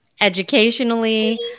educationally